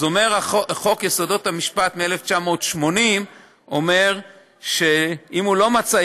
אומר חוק יסודות המשפט מ-1980 שאם הוא לא מצא,